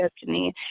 destiny